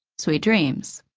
sweet dreams.